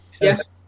Yes